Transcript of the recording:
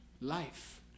life